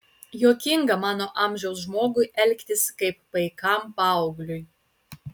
juokinga mano amžiaus žmogui elgtis kaip paikam paaugliui